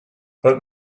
but